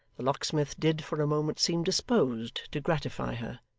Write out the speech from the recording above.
the locksmith did for a moment seem disposed to gratify her,